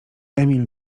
emil